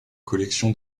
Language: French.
collection